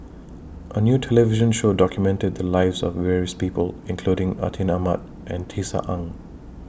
A New television Show documented The Lives of various People including Atin Amat and Tisa Ng